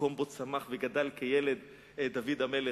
המקום שבו צמח וגדל כילד דוד המלך,